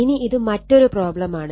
ഇനി ഇത് മറ്റൊരു പ്രോബ്ലം ആണ്